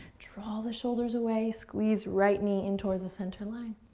draw the shoulders away, squeeze right knee in towards the center line.